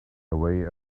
away